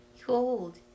cold